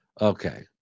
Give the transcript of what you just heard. Okay